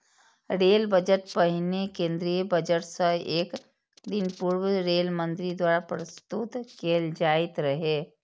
rail budget पहिने केंद्रीय budget सं एक दिन पूर्व रेल मंत्री द्वारा प्रस्तुत कैल जाइत रहै